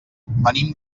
venim